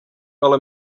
ale